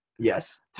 Yes